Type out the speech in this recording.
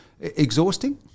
exhausting